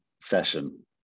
session